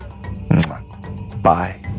Bye